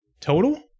Total